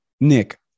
Nick